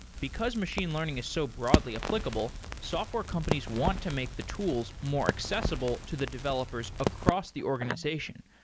because machine learning is so broadly applicable, software companies want to make the tools more accessible to the developers across the organization.